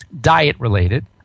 diet-related